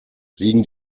liegen